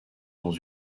dans